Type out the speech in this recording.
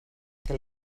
que